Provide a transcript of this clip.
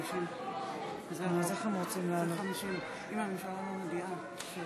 אני מקבלת את ההנחיות ממזכירות הכנסת.